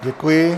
Děkuji.